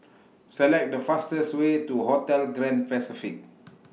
Select The fastest Way to Hotel Grand Pacific